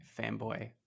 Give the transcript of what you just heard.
fanboy